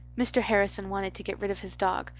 mr. harrison wanted to get rid of his dog.